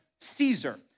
Caesar